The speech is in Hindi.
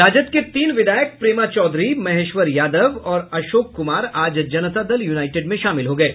राजद के तीन विधायक प्रेमा चौधरी महेश्वर यादव और अशोक कुमार आज जनता दल यूनाईटेड में शामिल हो गये